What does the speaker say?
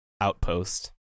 outpost